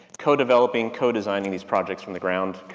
co-developing, co-designing these projects from the ground.